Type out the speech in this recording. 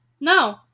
No